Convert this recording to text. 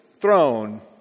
throne